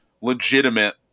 legitimate